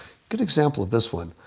good example, this one.